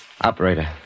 operator